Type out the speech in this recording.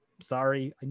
Sorry